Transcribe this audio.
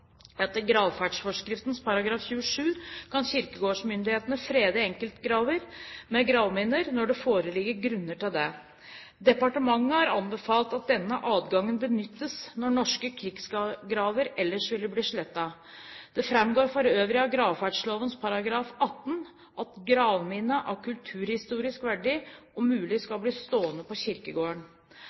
Etter gravferdsforskriftens § 27 kan kirkegårdsmyndighetene frede enkeltgraver med gravminner når det foreligger grunner til det. Departementet har anbefalt at denne adgangen benyttes når norske krigsgraver ellers ville blitt slettet. Det framgår for øvrig av gravferdsloven § 18 at gravminne av kulturhistorisk verdi om mulig skal bli stående på kirkegården.